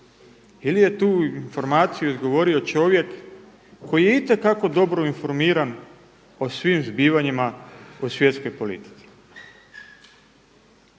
ili je tu informaciju izgovorio čovjek koji je itekako dobro informiran o svim zbivanjima u svjetskoj politici?